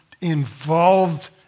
involved